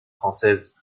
française